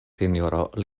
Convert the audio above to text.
sinjoro